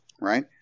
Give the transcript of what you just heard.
right